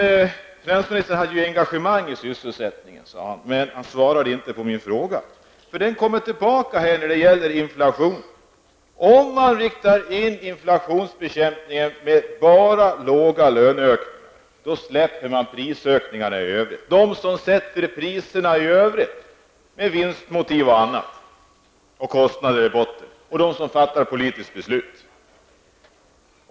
Finansminisern hade engagemang i sysselsättningen, sade han, men han svarade inte på min fråga. Jag återkommer till den när det gäller inflationen. Om man inriktar inflationsbekämpningen på att åstadkomma låga löneökningar släpper man dem som sätter priserna i övrigt -- på grundval av kostnader och vinstintresse -- och dem som fattar de politiska besluten.